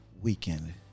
weekend